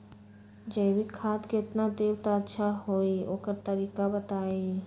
जैविक खाद केतना देब त अच्छा होइ ओकर तरीका बताई?